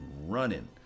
running